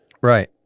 Right